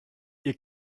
ihr